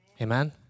Amen